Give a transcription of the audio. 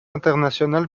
international